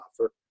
offer